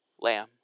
lamb